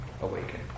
awaken